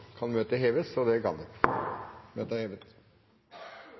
kan møtet heves. – Møtet er hevet.